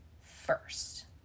first